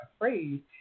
afraid